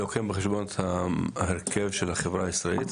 ולוקחים בחשבון את ההרכב של החברה הישראלית,